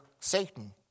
Satan